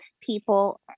people